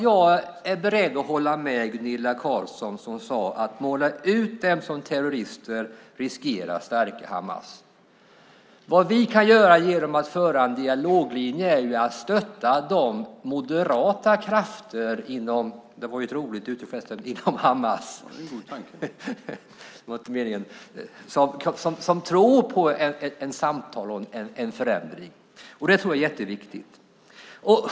Jag är beredd att hålla med Gunilla Carlsson som sade att om man målar ut dem som terrorister riskerar det att stärka Hamas. Vad vi kan göra genom att föra en dialoglinje är att stötta de moderata krafter - det var ett roligt uttryck förresten - inom Hamas som tror på ett samtal och en förändring. Det tror jag är jätteviktigt.